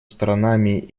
сторонами